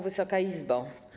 Wysoka Izbo!